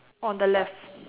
on the left